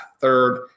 third